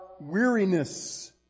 weariness